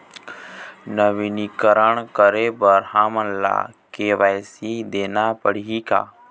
नवीनीकरण करे बर हमन ला के.वाई.सी देना पड़ही का?